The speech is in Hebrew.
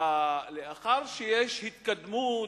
לאחר שיש התקדמות,